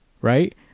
Right